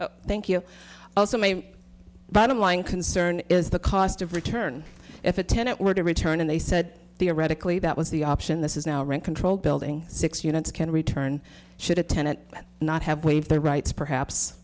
minute thank you also may bottom line concern is the cost of return if a tenant were to return and they said theoretically that was the option this is now rent control building six units can return should a tenant not have waived their rights perhaps